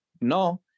no